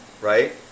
right